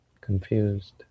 confused